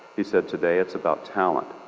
he said today it's about talent.